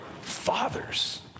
fathers